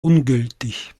ungültig